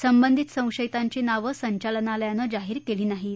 संबंधित संशयितांची नावं संचालनालयानं जाहीर केली नाहीत